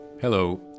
Hello